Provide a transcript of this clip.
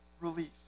relief